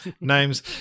names